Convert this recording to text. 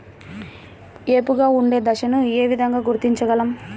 ఏపుగా ఉండే దశను ఏ విధంగా గుర్తించగలం?